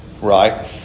right